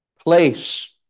place